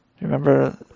Remember